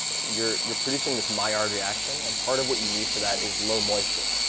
you're you're producing this maillard reaction. and part of what you need for that is low moisture.